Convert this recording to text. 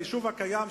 היישוב הקיים,